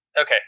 Okay